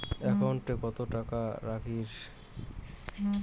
একাউন্টত কত টাকা রাখীর নাগে?